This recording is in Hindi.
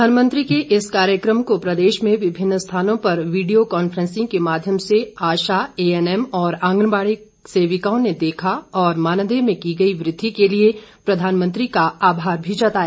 प्रधानमंत्री के इस कार्यक्रम को प्रदेश में विभिन्न स्थानों पर वीडियो कॉन्फ्रैंसिंग के माध्यम से आशा ए एन एम और आंगनवाड़ी सेविकाओं ने देखा और मानदेय में की गई वृद्धि के लिए प्रधानमंत्री का आभार भी जताया